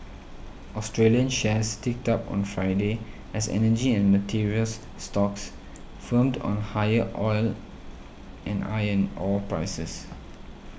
Australian shares ticked up on Friday as energy and materials stocks firmed on higher oil and iron ore prices